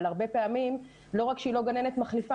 הרבה פעמים לא רק שהיא לא גננת מחליפה,